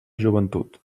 joventut